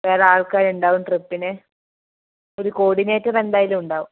വേറെ ആൾക്കാരുണ്ടാവും ട്രിപ്പിന് ഒരു കോഡിനേറ്ററ് എന്തായാലും ഉണ്ടാവും